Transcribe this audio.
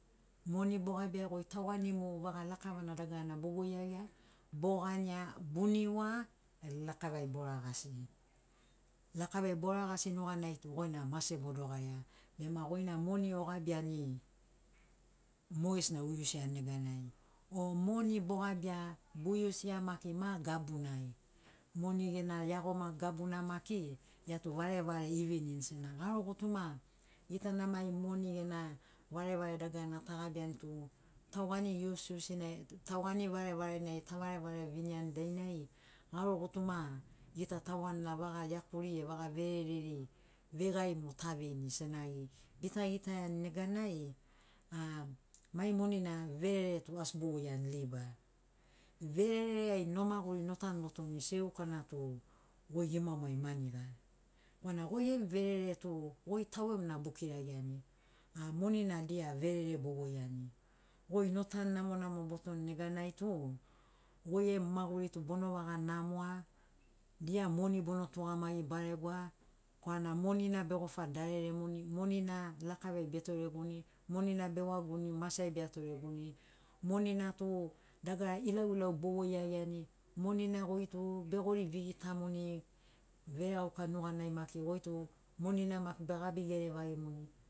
Moni bogabia goi tauanimu vaga lakavana dagarana bovoiagia bogania boniua lakavai boragasi lakavai boragasi nuganai tu goina mase bo dogaria bema goina moni ogabiani mogesina o iusiani neganai o moni bogabia bo iusia maki ma gabunai moni gena iagoma gabuna maki iatu varevare evenini sena garo gutuma itana mai moni gena varevare dagarana tagabiani tu tauani iusius nai tauani varevarenai ta varevare viniani dainai garo gutuma gita tauanira vaga iakuri e vaga vereriri veigari mo ta veini senagi bita gitaiani neganai a mai monina verere tu asi bovoiani liba verere ai no maguri notanu botoni seukana tu goi gimamu ai maniga korana goi gemu verere tu goi tau gemu na bokiraiani a monina dia verere bovoiani goi no tanu namonamo botoni neganai tu goi gemu maguri tu bono vaga namoa dia moni bono tugamagi baregoa korana monina begofa dareremuni monina lakavai be toreguni monina beuwaguni mase ai beatoreguni monina tu dagara ilauilau bovoi iagiani monina goi tu begori vegitamuni veregauka nuganai maki goi tu monina maki begabi gerevagimuni